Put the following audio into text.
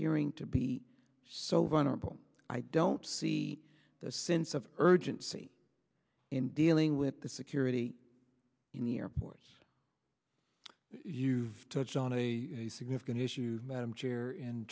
appearing to be so vulnerable i don't see the sense of urgency in dealing with the security in the airports you've touched on a significant issue madam chair in